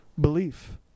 belief